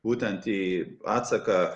būtent į atsaką